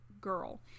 girl